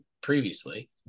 previously